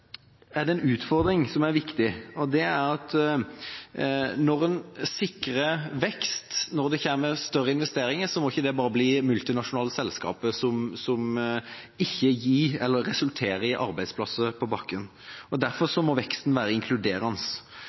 Det er en utfordring som er viktig: Når en ved større investeringer sikrer vekst, må den ikke bare omfatte multinasjonale selskaper som ikke resulterer i arbeidsplasser på bakken. Veksten må være inkluderende.